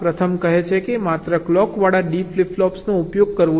પ્રથમ કહે છે કે માત્ર ક્લોકવાળા D ફ્લિપ ફ્લોપ્સનો ઉપયોગ કરવો જોઈએ